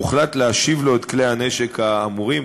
הוחלט להשיב לו את כלי הנשק האמורים.